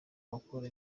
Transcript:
bakora